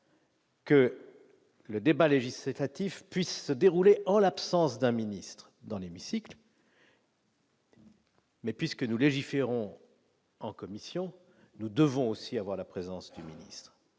Que le débat législatif puisse se dérouler en l'absence d'un ministre dans l'hémicycle. Mais puisque nous légiférons en commission, nous devons aussi avoir la présence du ministre,